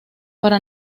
para